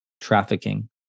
trafficking